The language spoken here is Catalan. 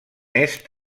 est